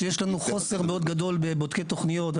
כשיש לנו חוסר מאוד גדול בבודקי תוכניות.